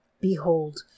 Behold